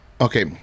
okay